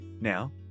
Now